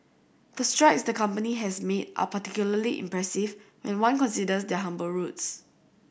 the strides the company has made are particularly impressive when one considers their humble roots